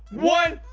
one!